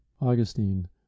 Augustine